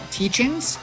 teachings